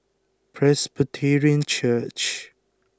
Presbyterian Church